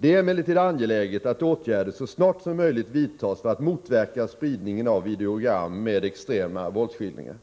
Det är emellertid angeläget att åtgärder så snart som möjligt vidtas för att motverka spridningen av videogram med extrema våldsskildringar.